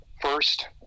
first